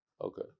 Okay